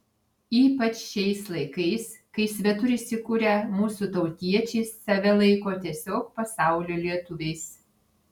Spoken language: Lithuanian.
ypač šiais laikais kai svetur įsikūrę mūsų tautiečiai save laiko tiesiog pasaulio lietuviais